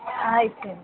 ఇచ్చేయండి